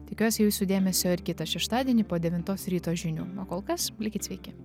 tikiuosi jūsų dėmesio ir kitą šeštadienį po devintos ryto žinių o kol kas likit sveiki